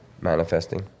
manifesting